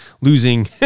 losing